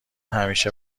همیشه